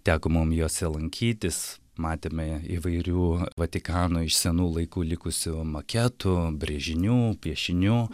teko mum jose lankytis matėme įvairių vatikano iš senų laikų likusių maketų brėžinių piešinių